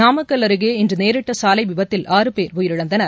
நாமக்கல் அருகே இன்று நேரிட்ட சாலை விபத்தில் ஆறு பேர் உயிரிழந்தனர்